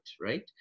right